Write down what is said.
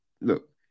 look